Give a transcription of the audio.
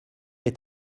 est